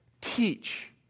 teach